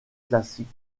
classique